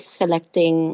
selecting